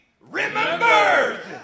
remembered